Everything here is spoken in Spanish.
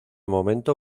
momento